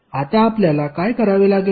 आता आपल्याला काय करावे लागेल